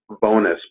bonus